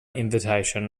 invitation